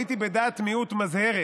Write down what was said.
הייתי בדעת מיעוט מזהרת,